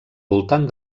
voltant